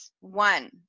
One